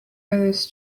this